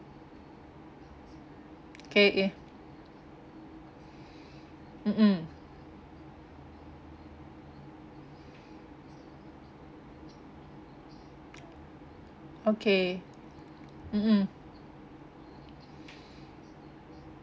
okay okay mm mm okay mm mm